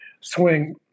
swing